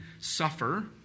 suffer